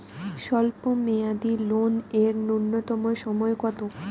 স্বল্প মেয়াদী লোন এর নূন্যতম সময় কতো?